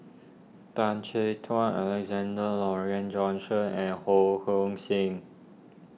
Tan Chin Tuan Alexander Laurie and Johnston and Ho Hong Sing